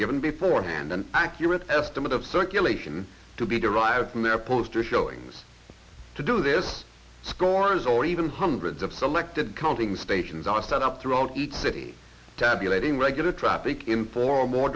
given before hand an accurate estimate of circulation to be derived from their poster showings to do this scores or even hundreds of selected counting stations are set up throughout each city tabulating regular traffic in form or